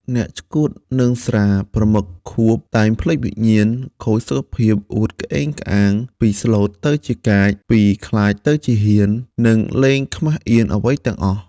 អ្នកឆ្កួតនឹងស្រា ប្រមឹកខួប តែងភ្លេចវិញ្ញាណ ខូចសុខភាព អួតក្អេងក្អាង ពីស្លូតទៅជាកាច ពីខ្លាចទៅជាហ៊ាន និងលែងខ្មាសអៀនអ្វីទាំងអស់។